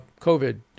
COVID